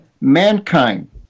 mankind